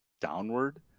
downward